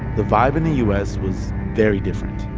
the vibe in the u s. was very different